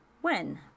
When